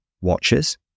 watches